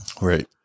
Right